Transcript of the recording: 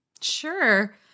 Sure